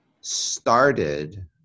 started